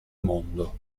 mondo